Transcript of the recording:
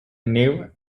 new